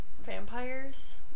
vampires